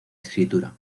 escritura